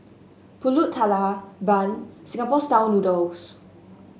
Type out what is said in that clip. pulut tatal bun Singapore style noodles